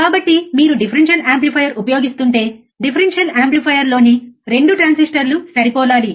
కాబట్టి మీరు differential amplifier ఉపయోగిస్తుంటే డిఫరెన్షియల్ యాంప్లిఫైయర్లోని 2 ట్రాన్సిస్టర్లు సరిపోలాలి